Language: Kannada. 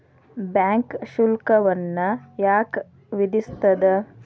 ಬ್ಯಾಂಕ್ ಶುಲ್ಕವನ್ನ ಯಾಕ್ ವಿಧಿಸ್ಸ್ತದ?